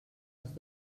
els